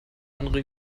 andere